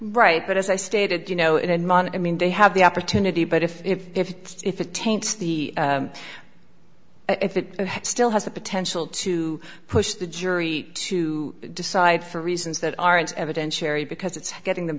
right but as i stated you know in money i mean they have the opportunity but if if if if it taints the if it still has the potential to push the jury to decide for reasons that aren't evidentiary because it's getting them